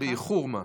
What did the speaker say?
באיחור מה.